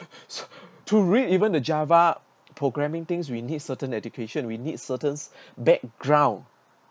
to read even the java programming things we need certain education we need certains background